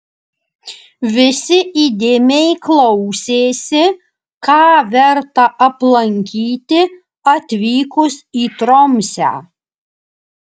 visi įdėmiai klausėsi ką verta aplankyti atvykus į tromsę